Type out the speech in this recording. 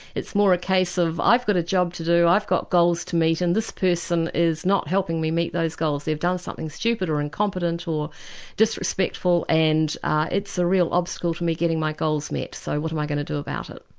it's more a case of i've got a job to do, i've got goals to meet and this person is not helping me meet those goals. they've done something stupid or incompetent or disrespectful and it's a real obstacle to me getting my goals met, so what am i going to do about it?